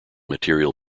material